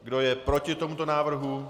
Kdo je proti tomuto návrhu?